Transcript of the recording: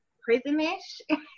prison-ish